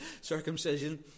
circumcision